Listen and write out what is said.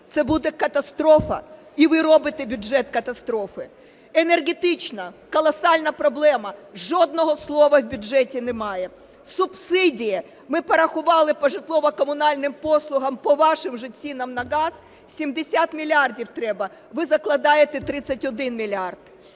це буде катастрофа, і ви робите бюджет катастрофи. Енергетична колосальна проблема. Жодного слова в бюджеті немає. Субсидії. Ми порахували по житлово-комунальним послугам по вашим же цінам на газ: 70 мільярдів треба. Ви закладаєте 31 мільярд.